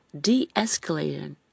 de-escalating